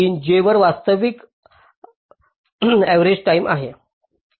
pin j वर वास्तविक arrival time आहे